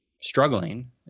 struggling